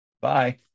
Bye